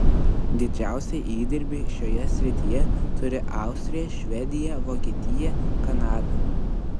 didžiausią įdirbį šioje srityje turi austrija švedija vokietija kanada